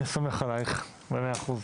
אני סמוך עלייך במאה אחוז.